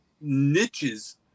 niches